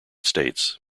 states